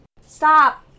Stop